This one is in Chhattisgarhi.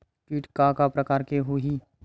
कीट के का का प्रकार हो होही?